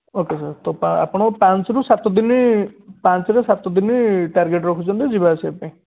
okay sir ତ ଆପଣଙ୍କର ପାଞ୍ଚରୁ ସାତ ଦିନ ପାଞ୍ଚରୁ ସାତ ଦିନ ଟାର୍ଗେଟ୍ ରଖୁଛନ୍ତି ଯିବା ଆସିବା ପାଇଁ